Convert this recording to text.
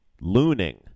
looning